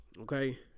Okay